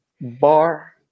Bar